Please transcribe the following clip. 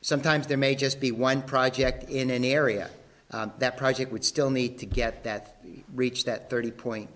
sometimes there may just be one project in an area that project would still need to get that reach that thirty point